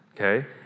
Okay